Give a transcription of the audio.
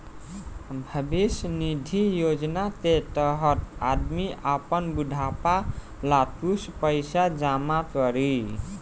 भविष्य निधि योजना के तहत आदमी आपन बुढ़ापा ला कुछ पइसा जमा करी